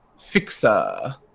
fixer